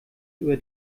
über